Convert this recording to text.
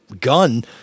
gun